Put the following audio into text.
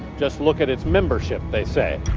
just look at its membership, they say.